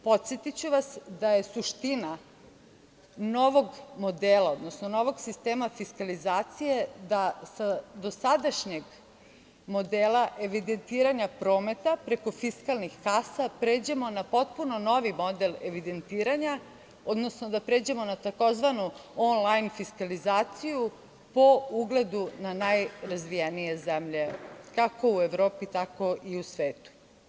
Podsetiću vas da je suština novog modela, odnosno novog sistema fiskalizacije da sa dosadašnjeg modela evidentiranja prometa preko fiskalnih kasa pređemo na potpuno novi model evidentiranja, odnosno da pređemo na tzv. on lajn fiskalizaciju po ugledu na najrazvijenije zemlje kako u Evropi, tako i u svetu.